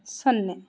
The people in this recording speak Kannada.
ಸೊನ್ನೆ